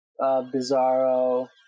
Bizarro